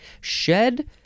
Shed